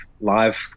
live